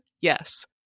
Yes